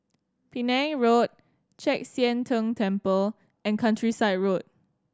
Penang Road Chek Sian Tng Temple and Countryside Road